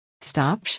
Stop